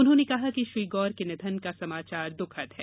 उन्होंने कहा कि श्री गौर के निधन का समाचार दुःखद है